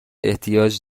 احتیاج